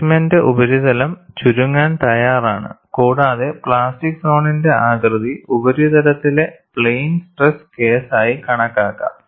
സ്പെസിമെന്റെ ഉപരിതലം ചുരുങ്ങാൻ തയ്യാറാണ് കൂടാതെ പ്ലാസ്റ്റിക് സോണിന്റെ ആകൃതി ഉപരിതലത്തിലെ പ്ലെയിൻ സ്ട്രെസ് കേസായി കണക്കാക്കാം